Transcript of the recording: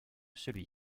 celui